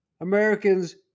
Americans